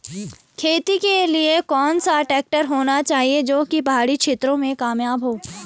खेती के लिए कौन सा ट्रैक्टर होना चाहिए जो की पहाड़ी क्षेत्रों में कामयाब हो?